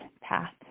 path